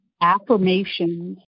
affirmations